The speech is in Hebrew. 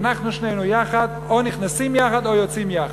אנחנו שנינו יחד, או נכנסים יחד או יוצאים יחד,